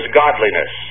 godliness